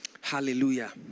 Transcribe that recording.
Hallelujah